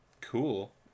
Cool